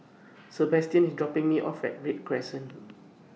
Sabastian IS dropping Me off At Read Crescent